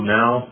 now